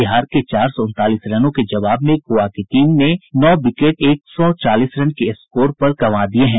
बिहार के चार सौ उनतालीस रनों के जवाब में गोवा की टीम के नौ विकेट एक सौ चालीस रन के स्कोर पर गिर चूके हैं